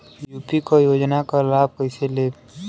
UP क योजना क लाभ कइसे लेब?